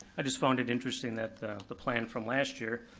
i just found it interesting that the plan from last year,